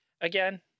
Again